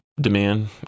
demand